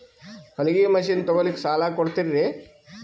ಹೊಲಗಿ ಮಷಿನ್ ತೊಗೊಲಿಕ್ಕ ಸಾಲಾ ಕೊಡ್ತಿರಿ?